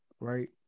Right